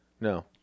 No